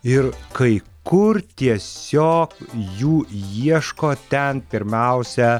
ir kai kur tiesio jų ieško ten pirmiausia